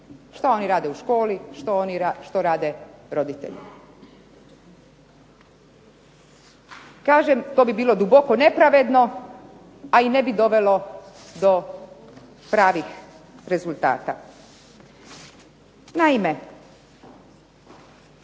Što oni rade u školi, što rade roditelji. Kažem, to bi bilo duboko nepravedno, a i ne bi dovelo do pravih rezultata. Naime,